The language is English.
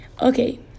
Okay